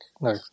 No